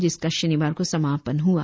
जिसका शनिवार को समापन हुआ